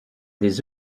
des